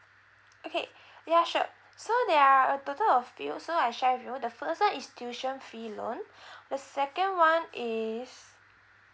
okay ya sure so there are a total of few so I share with you the first one is tuition fee loan the second one is